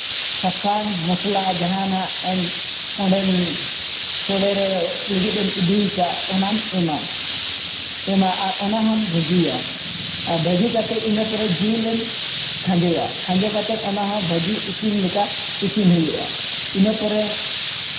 ᱥᱟᱥᱟᱝ ᱢᱚᱥᱞᱟ ᱡᱟᱦᱟᱱᱟᱜᱼᱮᱢ ᱚᱸᱰᱮᱢ ᱥᱚᱲᱮᱨᱮ ᱞᱟᱹᱜᱤᱫᱼᱮᱢ ᱤᱫᱤᱭᱟᱠᱟᱫ ᱚᱱᱟᱢ ᱮᱢᱟ ᱮᱢᱟ ᱟᱨ ᱚᱱᱟᱦᱚᱸᱢ ᱵᱷᱟᱹᱡᱤᱭᱟ ᱟᱨ ᱵᱷᱟᱹᱡᱤ ᱠᱟᱛᱮᱫ ᱤᱱᱟᱹ ᱯᱚᱨᱮ ᱡᱤᱞᱮᱢ ᱠᱷᱟᱸᱡᱚᱭᱟ ᱠᱷᱟᱸᱡᱚ ᱠᱟᱛᱮᱫ ᱚᱱᱟᱦᱚᱸ ᱵᱷᱟᱹᱡᱤ ᱤᱥᱤᱱ ᱞᱮᱠᱟ ᱤᱥᱤᱱ ᱦᱩᱭᱩᱜᱼᱟ ᱤᱱᱟᱹ ᱯᱚᱨᱮ